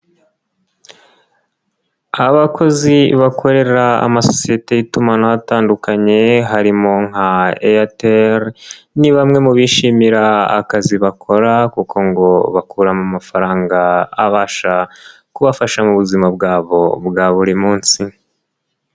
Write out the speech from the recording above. Abakozi bakorera amasosiyete y'itumanaho atandukanye, harimo nka Airtel, ni bamwe mu bishimira akazi bakora kuko ngo bakuramo amafaranga abasha kubafasha mu buzima bwabo bwa buri munsi.